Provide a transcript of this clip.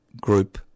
group